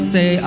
Say